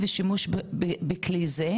בנוסף הוועדה קוראת לרשות האוכלוסין